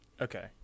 Okay